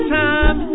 time